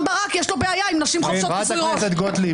ברק יש בעיה עם נשים חובשות כיסוי ראש.